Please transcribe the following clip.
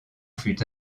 fut